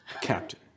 Captain